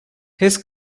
his